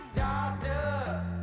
Doctor